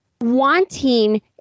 wanting